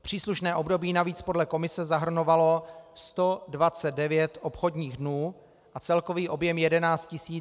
Příslušné období navíc podle Komise zahrnovalo 129 obchodních dnů a celkový objem 11 244 akcií.